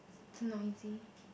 too noisy